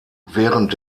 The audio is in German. während